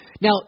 Now